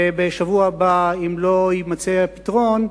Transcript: ובשבוע הבא, אם לא יימצא פתרון,